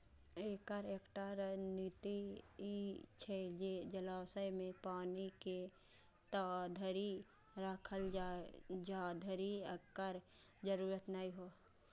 एकर एकटा रणनीति ई छै जे जलाशय मे पानि के ताधरि राखल जाए, जाधरि एकर जरूरत नै हो